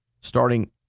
starting